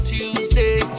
Tuesday